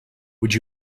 would